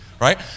right